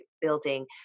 building